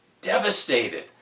devastated